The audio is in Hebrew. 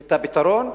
את הפתרון,